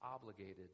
obligated